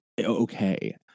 okay